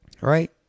right